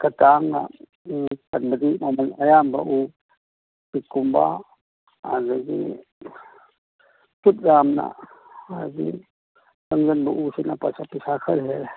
ꯈꯔ ꯇꯥꯡꯅ ꯎ ꯆꯟꯕꯗꯤ ꯃꯃꯟ ꯑꯌꯥꯝꯕ ꯎ ꯇꯤꯛꯀꯨꯝꯕ ꯑꯗꯒꯤ ꯇꯤꯛ ꯌꯥꯝꯅ ꯍꯥꯏꯗꯤ ꯀꯟꯖꯟꯕ ꯎꯁꯤꯅ ꯄꯩꯁꯥ ꯄꯤꯁꯥ ꯈꯔ ꯍꯦꯛ